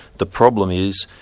the problem is,